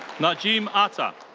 najim atta.